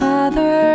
Father